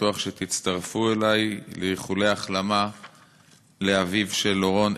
אני בטוח שתצטרפו אלי לאיחולי החלמה לאביו של אורון,